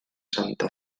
santa